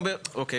אוקיי.